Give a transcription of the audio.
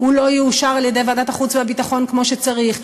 הוא לא יאושר על-ידי ועדת החוץ והביטחון כמו שצריך,